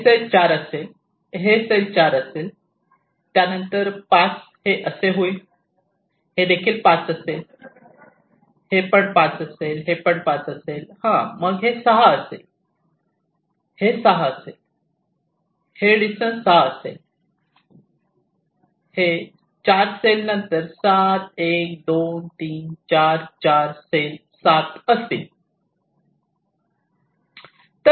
हे 4 असेल आणि हे 4 असेल त्यानंतर 5 असे होईल हे 5 असेल 5 असेल हे 5 असेल मग ते 6 असेल 6 हे 6 असेल आणि हे 6 असेल हे 4 सेल नंतर 7 1 2 3 4 4 सेल 7 असतील